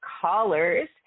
callers